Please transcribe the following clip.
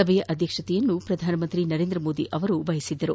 ಸಭೆಯ ಅಧ್ಯಕ್ಷತೆಯನ್ನು ಪ್ರಧಾನಮಂತಿ ನರೇಂದ ಮೋದಿ ವಹಿಸಿದ್ದರು